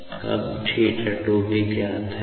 तो अब θ 2 भी ज्ञात है